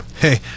hey